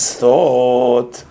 thought